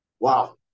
Wow